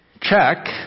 check